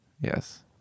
yes